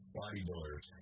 bodybuilders